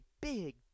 big